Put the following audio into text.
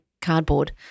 cardboard